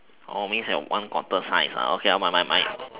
oh means that one quarter size my my my